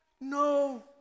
no